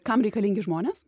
kam reikalingi žmonės